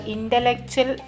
Intellectual